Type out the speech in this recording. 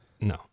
no